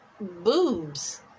boobs